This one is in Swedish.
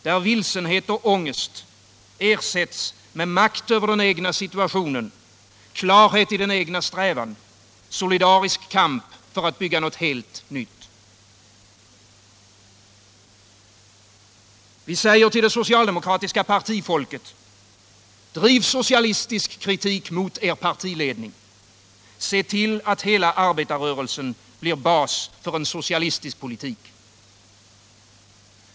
Där vilsenhet och ångest ersätts med makt över den egna situationen, klarhet i den egna strävan, solidarisk kamp för att bygga något helt nytt. Vi säger till det socialdemokratiska partifolket: Driv socialistisk kritik mot er partiledning! Se till att hela arbetarrörelsen blir bas för en socialistisk politik!